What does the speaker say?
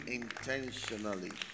intentionally